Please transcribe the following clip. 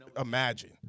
imagine